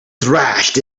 thrashed